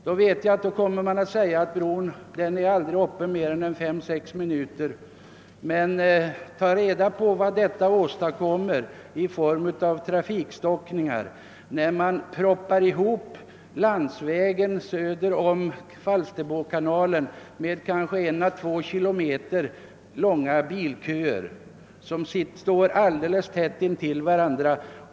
Nu vet jag att man kommer att säga att bron aldrig är uppe mer än 5, 6 minuter, men ta reda på vilka trafikstockningar som uppstår när landsvägen proppas igen söder om Falsterbokanalen! Det blir bilköer på 1 å 2 kilometers längd, där bilarna står tätt intill varandra.